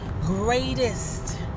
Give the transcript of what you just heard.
greatest